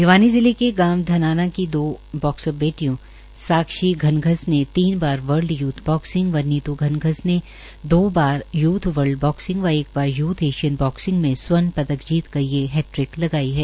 भिवानी जिले के गांव धनाना की दो बाक्सर बेटियों साक्षी धनधस ने तीन वर्ल्ड यूथ बाक्सिंग व नीतू धनधस ने दो बार यूथ वर्ल्ड बाक्सिंग व एक बार एशियन बाक्सिंग में स्वर्ण पदक जीत कर हैट्रिक लगाई है